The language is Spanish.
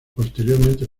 posteriormente